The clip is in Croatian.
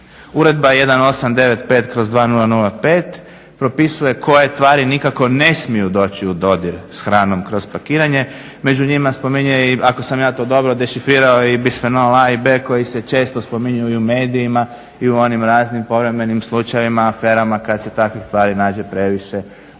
Uredba 1895/2005. propisuje koje tvari nikako ne smiju doći u dodir s hranom kroz pakiranje, među njima spominje i, ako sam ja to dobro dešifrirao i bisfenol A i B koji se često spominje i u medijima i u onim raznim povremenim slučajevima, aferama kad se takvih tvari nađe previše u